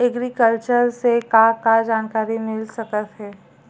Agriculture से का का जानकारी मिल सकत हे?